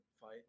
fight